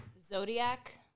Zodiac